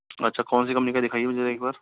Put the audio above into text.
अच्छा कौन सी कम्पनी का दिखाइए मुझे एक बार